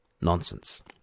nonsense